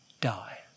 die